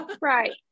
right